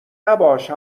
نباش